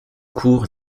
cour